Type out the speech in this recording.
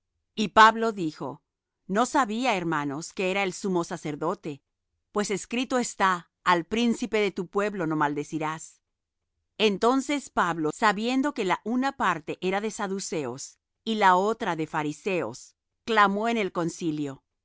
y pablo dijo no sabía hermanos que era el sumo sacerdote pues escrito está al príncipe de tu pueblo no maldecirás entonces pablo sabiendo que la una parte era de saduceos y la otra de fariseos clamó en el concilio